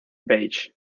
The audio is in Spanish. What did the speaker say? beige